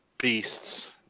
beasts